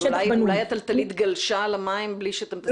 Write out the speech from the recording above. אולי התלתלית גלשה למים בלי שתדעו?